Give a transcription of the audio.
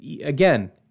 again